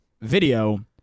video